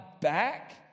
back